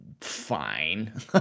fine